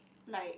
like